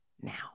now